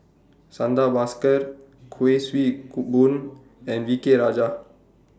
Santha Bhaskar Kuik Swee Boon and V K Rajah